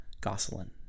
Gosselin